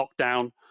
lockdown